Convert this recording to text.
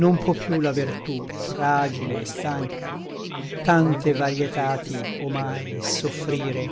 non pò piú la vertú fragile et stanca tante varïetati omai soffrire